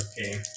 okay